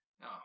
no